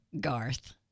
Garth